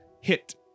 hit